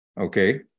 Okay